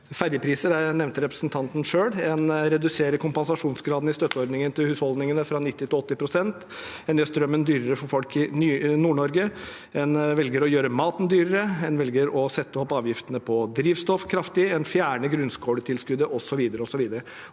Ferjepriser nevnte representanten selv. En reduserer kompensasjonsgraden i støtteordningen til husholdningene fra 90 pst. til 80 pst., og en gjør strømmen dyrere for folk i Nord-Norge. En velger å gjøre maten dyrere. En velger å sette opp avgiftene på drivstoff kraftig. En fjerner grunnskoletilskuddet osv.